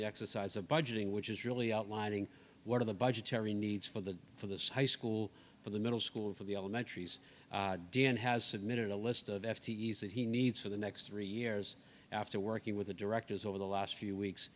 the exercise of budgeting which is really outlining one of the budgetary needs for the for this high school for the middle school for the elementary d n has submitted a list of f t s that he needs for the next three years after working with the directors over the last few weeks